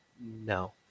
no